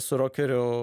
su rokerio